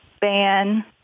ban